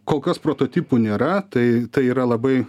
kol kas prototipų nėra tai yra labai